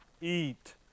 eat